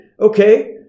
Okay